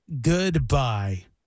goodbye